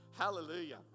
Hallelujah